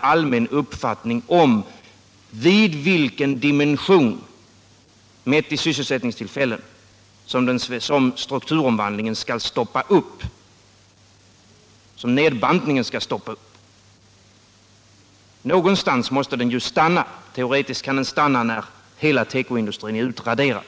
allmän uppfattning om vid vilken dimension, mätt i sysselsättningstillfällen, som nedbantningen av tekoindustrin skall stoppa upp. Någonstans måste den ju stanna. Teoretiskt kan den stanna när hela tekoindustrin är utraderad.